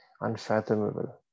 unfathomable